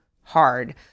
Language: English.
hard